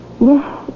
Yes